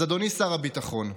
אז אדוני שר הביטחון,